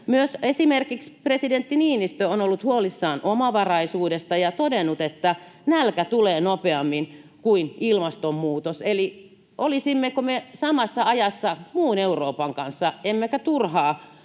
presidentti Niinistö on ollut huolissaan omavaraisuudesta ja todennut, että nälkä tulee nopeammin kuin ilmastonmuutos. Eli olisimmeko me samassa ajassa muun Euroopan kanssa, emmekä turhaan